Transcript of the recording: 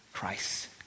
Christ